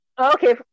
Okay